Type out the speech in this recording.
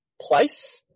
place